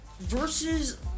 versus